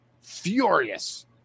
furious